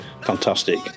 fantastic